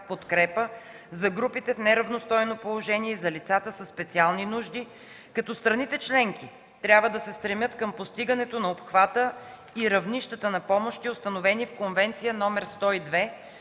подкрепа за групите в неравностойно положение и за лицата със специални нужди, като страните членки трябва да се стремят към постигането на обхвата и равнищата на помощи, установени в Конвенция № 102